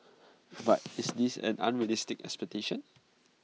but is this an unrealistic expectation